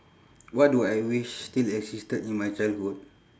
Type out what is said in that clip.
what do I wish still existed in my childhood